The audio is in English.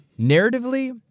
narratively